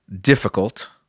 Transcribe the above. difficult